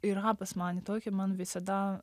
yra pas mane tokie man visada